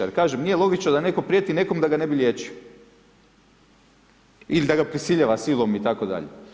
Jer kažem nije logično da netko prijeti nekom da ga ne bi liječio ili da ga prisiljava silom itd.